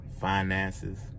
finances